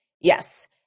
Yes